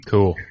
Cool